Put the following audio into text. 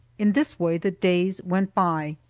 in this way the days went by.